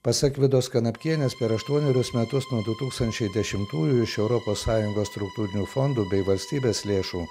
pasak vidos kanapkienės per aštuonerius metus nuo du tūkstančiai dešimtųjų iš europos sąjungos struktūrinių fondų bei valstybės lėšų